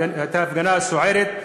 הייתה הפגנה סוערת.